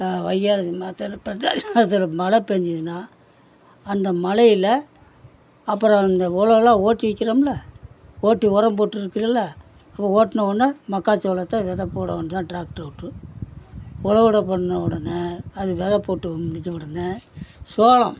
வைகாசி மாசத்தில் புரட்டாசி மாசத்தில் மழை பெஞ்சிதுன்னா அந்த மழையில அப்புறம் அந்த உலவுலாம் ஓட்டி வைக்கிறோம்ல ஓட்டி உரம் போட்டு இருக்குதுல்ல அப்போ ஓட்டுனவொடன்ன மக்கா சோளத்தை வித போட வேண்டியது தான் டிராக்டரை விட்டு உலவுட பண்ண உடனே அது வித போட்டு முடித்த உடனே சோளம்